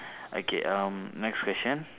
okay um next question